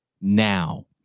now